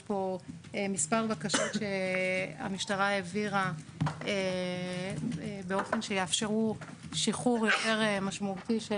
יש פה כמה בקשות שהמשטרה העבירה באופן שיאפשרו שחרור יותר משמעותי.